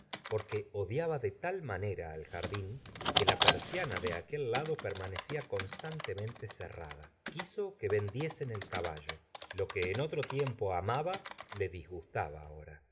porque odiaba de tal manera al jardín que la persiana de aquel lado permanecía constantemente cerrada quiso que vendiesen el caballo lo que en otro tiempo amaba le disgustaba ahora